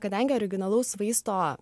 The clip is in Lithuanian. kadangi originalaus vaisto